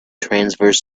transverse